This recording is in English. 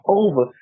over